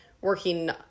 working